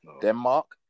Denmark